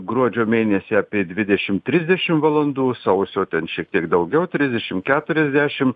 gruodžio mėnesį apie dvidešimt trisdešimt valandų sausio ten šiek tiek daugiau trisdešimt keturiasdešimt